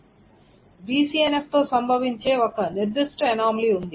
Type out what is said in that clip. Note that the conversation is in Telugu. BCNFతో సంభవించే ఒక నిర్దిష్ట అనామలీ ఉంది